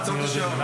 לעצור את השעון.